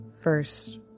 first